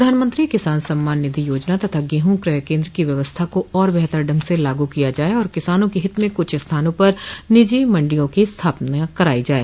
प्रधानमंत्री किसान सम्मान निधि योजना तथा गेहूं क्रय केन्द्र की व्यवस्था को और बेहतर ढंग से लागू किया जाए और किसानों के हित में कुछ स्थानों पर निजी मण्डियों की स्थापना करायी जाए